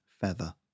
feather